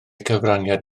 cyfraniad